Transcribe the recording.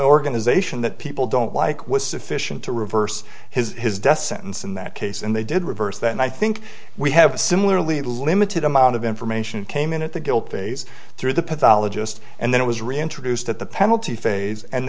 organization that people don't like was sufficient to reverse his his death sentence in that case and they did reverse that and i think we have a similarly limited amount of information came in at the guilt phase through the pathologist and then it was reintroduced at the penalty phase and